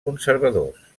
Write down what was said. conservadors